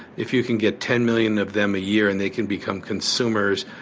if you can get ten million of them a year and they can become consumers,